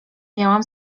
miałam